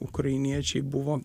ukrainiečiai buvo